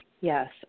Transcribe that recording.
yes